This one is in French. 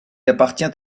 appartient